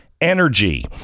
Energy